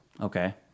Okay